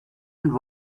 and